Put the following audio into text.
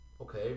Okay